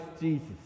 Jesus